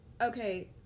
Okay